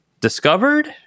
discovered